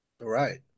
Right